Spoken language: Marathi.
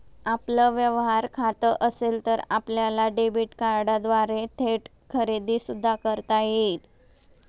आपलं व्यवहार खातं असेल तर आपल्याला डेबिट कार्डद्वारे थेट खरेदी सुद्धा करता येईल